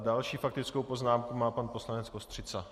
Další faktickou poznámku má pan poslanec Kostřica.